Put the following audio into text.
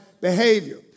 behavior